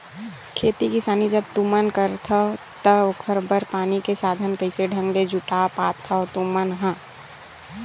खेती किसानी जब तुमन करथव त ओखर बर पानी के साधन कइसे ढंग ले जुटा पाथो तुमन ह?